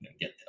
get